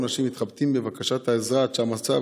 האנשים מתחבטים בבקשת העזרה עד שהמצב